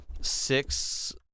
Six